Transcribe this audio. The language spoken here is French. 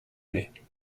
plait